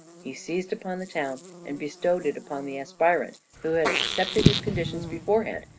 he seized upon the town and bestowed it upon the aspirant who had accepted his conditions beforehand,